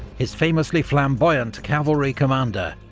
his famously flamboyant cavalry commander,